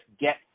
get